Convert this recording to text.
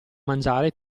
mangiare